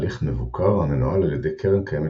בתהליך מבוקר המנוהל על ידי קרן קיימת